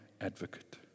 advocate